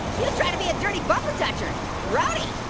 he was trying to be a dirty bumper toucher. grody!